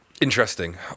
Interesting